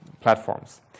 platforms